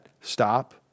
stop